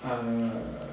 err